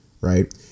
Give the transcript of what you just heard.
right